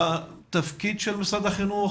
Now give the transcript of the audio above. לתפקיד של משרד החינוך,